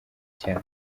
cyane